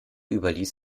überließ